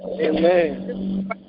Amen